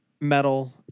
metal